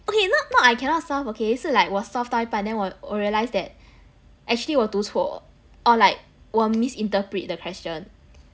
okay not not I cannot solve okay 是 like 我 solve 到一半 then 我我 realise that actually 我读错 or like 我 miss interpret the question